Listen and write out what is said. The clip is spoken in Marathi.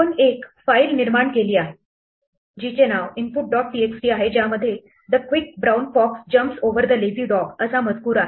आपण एक फाइल निर्माण केली आहे जिचे नाव input dot txt आहे ज्यामध्ये the quick brown fox jumps over the lazy dog असा मजकूर आहे